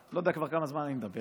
אני לא יודע כבר כמה זמן אני מדבר,